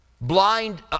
Blind